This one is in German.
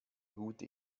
gute